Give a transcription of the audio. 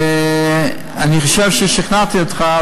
אני חושב ששכנעתי אותך,